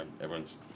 everyone's